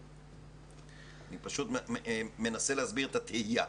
אני מנסה להסביר את התהייה.